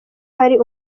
hari